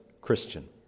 Christian